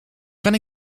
kan